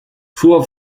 suo